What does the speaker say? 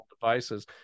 devices